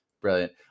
brilliant